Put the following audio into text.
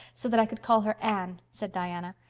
so that i could call her anne, said diana.